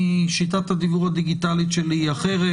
שיטת הדיוור הדיגיטלית שלי היא אחרת,